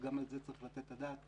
וגם על זה צריך לתת את הדעת,